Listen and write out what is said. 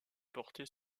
porté